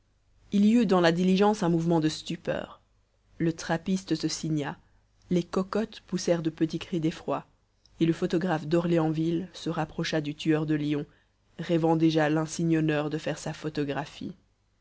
il y eut dans la diligence un mouvement de stupeur le trappiste se signa les cocottes poussèrent de petits cris d'effroi et le photographe d'orléansville se rapprocha du tueur de lions rêvant déjà l'insigne honneur de faire sa photographie